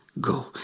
go